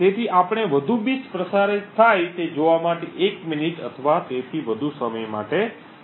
તેથી આપણે વધુ બીટ્સ પ્રસારિત થાય તે જોવા માટે એક મિનિટ અથવા તેથી વધુ સમય માટે રાહ જોઈ શકીએ છીએ